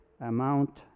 amount